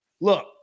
Look